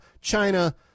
China